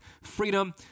freedom